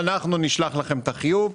אנחנו נשלח לכם את החיוב",